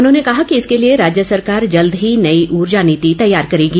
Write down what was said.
उन्होंने कहा कि इसके लिए राज्य सरकार जल्द ही नई ऊर्जा नीति तैयार करेगी